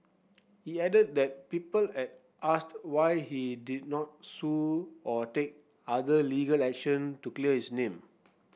he added that people had asked why he did not sue or take other legal action to clear his name